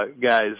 guys